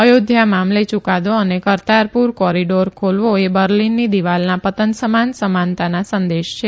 અયોધ્યા મામલે યુકાદો અને કરતારપુર કોરિડોર ખોલવો એ બર્લિનની દિવાલના પતન સમાન સમાનતાના સંદેશા છે